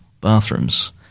bathrooms